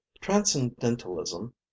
transcendentalism